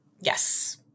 Yes